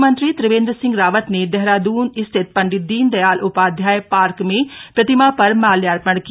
मुख्यमंत्री त्रिवेन्द्र सिंह रावत ने देहरादन स्थित पंडित दीनदयाल उपाध्याय पार्क में प्रतिमा पर माल्यार्पण किया